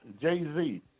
Jay-Z